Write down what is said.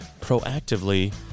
proactively